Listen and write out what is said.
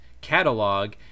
catalog